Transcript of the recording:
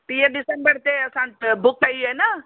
टीह दिसंबर ते असां कैब बुक कई आहे न